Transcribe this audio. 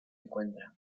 encuentra